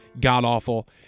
god-awful